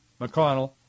McConnell